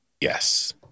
Yes